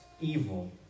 evil